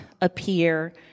appear